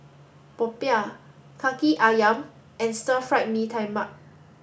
Popiah Kaki Ayam and stir fried Mee Tai Mak